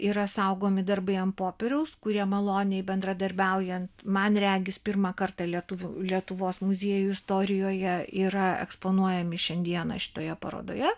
yra saugomi darbai ant popieriaus kurie maloniai bendradarbiaujant man regis pirmą kartą lietuvių lietuvos muziejų istorijoje yra eksponuojami šiandieną šitoje parodoje